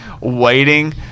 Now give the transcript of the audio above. waiting